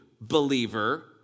believer